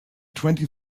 twenty